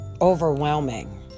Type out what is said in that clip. overwhelming